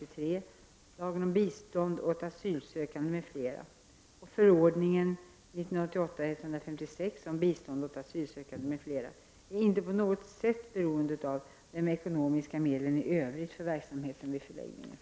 om bistånd åt asylsökande m.fl. och är inte på något sätt beroende av de ekonomiska medlen i övrigt för verksamheten vid förläggningen.